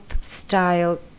style